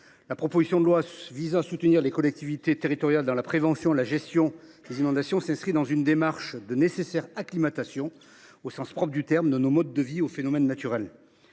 la proposition de loi visant à soutenir les collectivités territoriales dans la prévention et la gestion des inondations s’inscrit dans une démarche de nécessaire acclimatation, au sens propre du terme, de nos modes de vie aux phénomènes naturels.